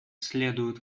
следуют